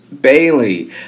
Bailey